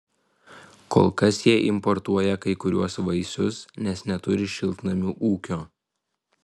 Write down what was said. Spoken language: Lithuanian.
kol kas jie importuoja kai kuriuos vaisius nes neturi šiltnamių ūkio